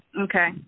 Okay